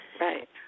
Right